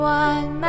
one